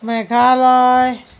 Meghalaya